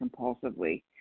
compulsively